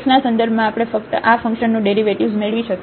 xના સંદર્ભમાં આપણે ફક્ત આ ફંકશનનું ડેરિવેટિવ્ઝ મેળવી શકીએ છીએ